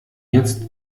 jetzt